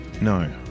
No